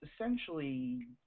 essentially